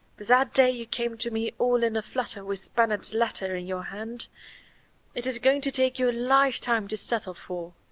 but that day you came to me all in a flutter with bennett's letter in your hand it is going to take you a lifetime to settle for.